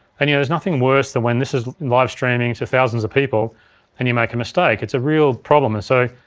yeah there's nothing worse than when this is live streaming to thousands of people and you make a mistake, it's a real problem. and so,